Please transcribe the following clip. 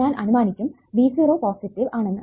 ഞാൻ അനുമാനിക്കും V0 positive ആണെന്ന്